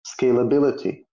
Scalability